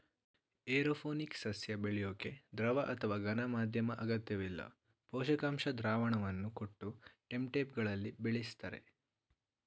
aeroponics ಸಸ್ಯ ಬೆಳ್ಯೋಕೆ ದ್ರವ ಅಥವಾ ಘನ ಮಾಧ್ಯಮ ಅಗತ್ಯವಿಲ್ಲ ಪೋಷಕಾಂಶ ದ್ರಾವಣವನ್ನು ಕೊಟ್ಟು ಟೆಂಟ್ಬೆಗಳಲ್ಲಿ ಬೆಳಿಸ್ತರೆ